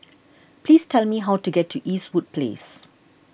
please tell me how to get to Eastwood Place